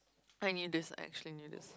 I knew this I actually knew this